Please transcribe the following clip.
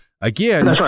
Again